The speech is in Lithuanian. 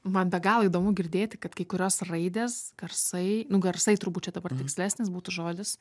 man be galo įdomu girdėti kad kai kurios raidės garsai nu garsai turbūt čia dabar tikslesnis būtų žodis